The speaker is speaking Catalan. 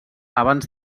abans